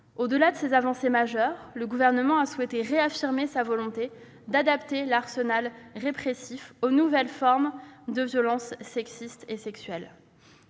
Au-delà de ces avancées majeures, le Gouvernement a souhaité réaffirmer sa volonté d'adapter l'arsenal répressif aux nouvelles formes de violences sexistes et sexuelles.